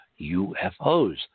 UFOs